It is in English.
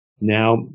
Now